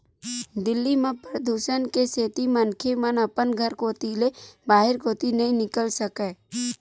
दिल्ली म परदूसन के सेती मनखे मन अपन घर कोती ले बाहिर कोती नइ निकल सकय